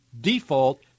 default